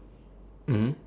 mmhmm